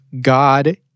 God